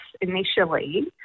initially